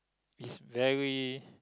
is very